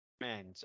Man